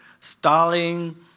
Stalin